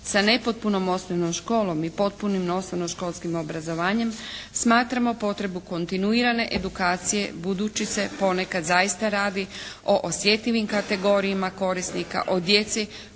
sa nepotpunom osnovnom školom i potpunim osnovnoškolskim osnovnoškolskim obrazovanjem smatramo potrebu kontinuirane edukacije budući se ponekad zaista radi o osjetljivim kategorijama korisnika, o djeci